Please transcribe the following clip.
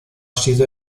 sido